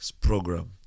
program